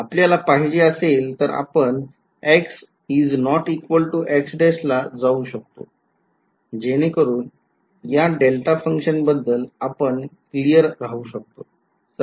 आपल्याला पाहिजे असेल तर आपण ला जाऊ शकतो जेणेकरून या डेल्टा function बद्दल आपण क्लिअर राहू शकतो